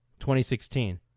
2016